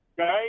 okay